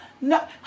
no